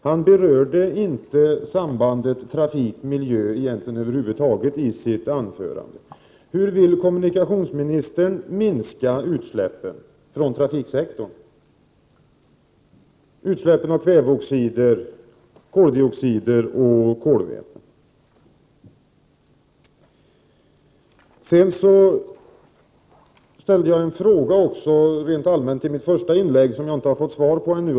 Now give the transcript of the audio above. Han berörde över huvud taget inte sambandet mellan trafik och miljö i sitt anförande. Hur vill kommunikationsministern minska utsläppen av kväveoxider, koloxider och kolväten från trafiksektorn? Jag ställde också rent allmänt en fråga i mitt första inlägg som jag inte har fått svar på ännu.